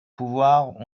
pouvoirs